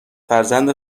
فرزند